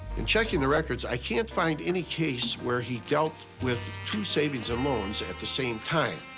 in checking the records, i can't find any case where he dealt with two savings and loans at the same time.